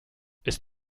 ist